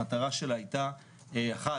המטרה שלה הייתה אחת,